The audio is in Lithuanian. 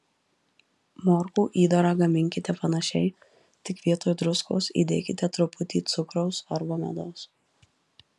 morkų įdarą gaminkite panašiai tik vietoj druskos įdėkite truputį cukraus arba medaus